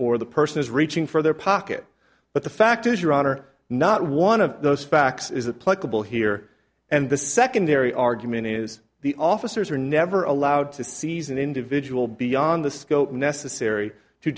or the person is reaching for their pocket but the fact is your honor not one of those facts is the pluggable here and the secondary argument is the officers are never allowed to seize an individual beyond the scope necessary to